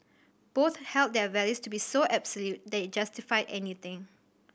both held their values to be so absolute that it justified anything